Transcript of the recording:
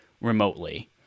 remotely